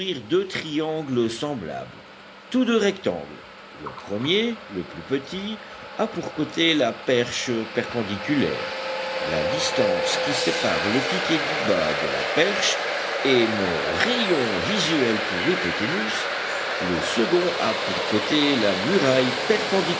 deux triangles semblables tous deux rectangles le premier le plus petit a pour côtés la perche perpendiculaire la distance qui sépare le piquet du bas de la perche et mon rayon visuel pour hypoténuse le second a pour côtés la muraille